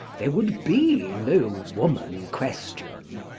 there would be no woman question.